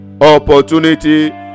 opportunity